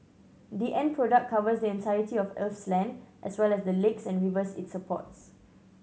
the end product covers the entirety of Earth's land as well as the lakes and rivers it supports